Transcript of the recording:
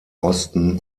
osten